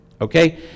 Okay